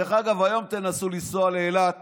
דרך אגב, היום תנסו לנסוע לאילת